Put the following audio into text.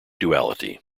duality